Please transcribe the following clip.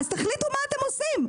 אז תחליטו מה אתם עושים?